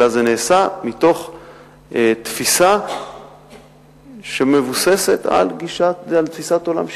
אלא זה נעשה מתוך תפיסה שמבוססת על תפיסת עולם שוויונית.